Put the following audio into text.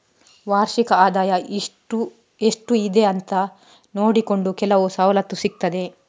ವಾರ್ಷಿಕ ಆದಾಯ ಎಷ್ಟು ಇದೆ ಅಂತ ನೋಡಿಕೊಂಡು ಕೆಲವು ಸವಲತ್ತು ಸಿಗ್ತದೆ